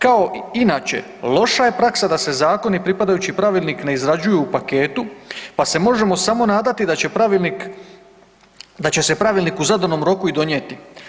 Kao i inače loša je praksa da se zakoni i pripadajući pravilnik ne izrađuju u paketu, pa se možemo samo nadati da će pravilnik, da će se pravilnik u zadanom roku i donijeti.